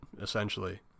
essentially